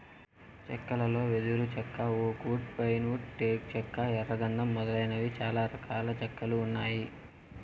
చెక్కలలో వెదురు చెక్క, ఓక్ వుడ్, పైన్ వుడ్, టేకు చెక్క, ఎర్ర గందం మొదలైనవి చానా రకాల చెక్కలు ఉన్నాయి